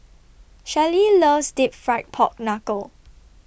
Shelly loves Deep Fried Pork Knuckle